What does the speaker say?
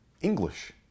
English